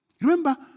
Remember